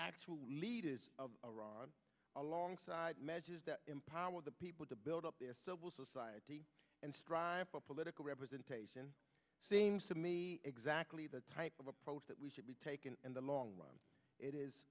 p leaders of iran alongside measures that empower the people to build up their civil society and strive for political representation seems to me exactly the type of approach that we should be taken in the long run it is